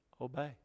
obey